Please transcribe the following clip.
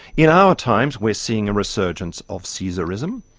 in our times we're seeing a resurgence of caesarism.